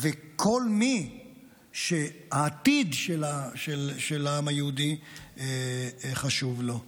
וכל מי שהעתיד של העם היהודי חשוב לו.